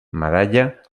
medalla